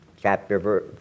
Chapter